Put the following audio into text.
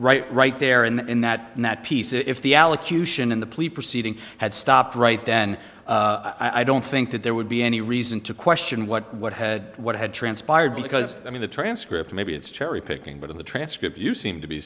right right there in that in that piece if the allocution in the police proceeding had stopped right then i don't think that there would be any reason to question what what had what had transpired because i mean the transcript maybe it's cherry picking but in the transcript you seemed to be